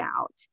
out